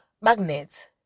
magnets